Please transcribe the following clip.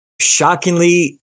shockingly